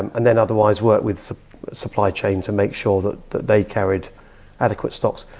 and and then otherwise, work with supply chain to make sure that that they carried adequate stocks.